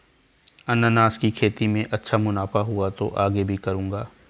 अनन्नास की खेती में अच्छा मुनाफा हुआ तो आगे भी करूंगा